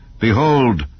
Behold